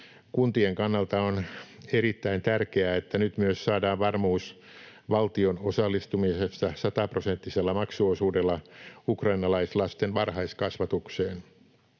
Kuntien kannalta on erittäin tärkeää, että nyt saadaan varmuus myös valtion osallistumisesta sataprosenttisella maksuosuudella ukrainalaislasten varhaiskasvatukseen.